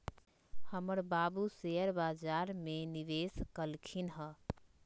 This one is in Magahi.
हमर बाबू शेयर बजार में निवेश कलखिन्ह ह